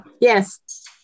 yes